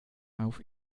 auf